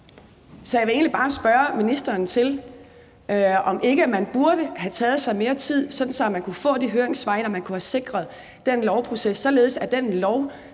Så jeg vil egentlig bare spørge ministeren til, om ikke man burde have taget sig mere tid, sådan at man kunne have fået de høringssvar ind og man kunne have sikret den lovproces, således at man